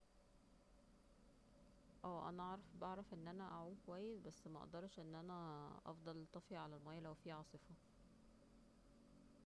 اه أنا أعرف بعرف أن أنا اعوم كويس بس مقدرش أن أنا أفضل طافية لو في عاصفة